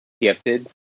gifted